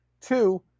two